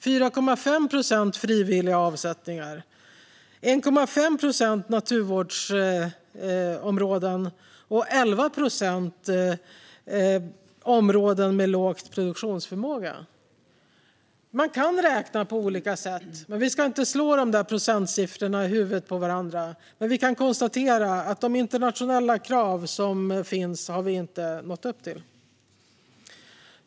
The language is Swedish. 4,5 procent är frivilliga avsättningar. 1,5 procent är naturvårdsområden, och 11 procent är områden med låg produktionsförmåga. Man kan räkna på olika sätt. Vi ska inte slå procentsiffrorna i huvudet på varandra, men vi kan konstatera att vi inte har nått upp till de internationella krav som finns.